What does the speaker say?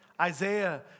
Isaiah